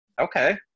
Okay